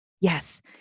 Yes